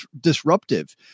disruptive